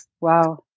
Wow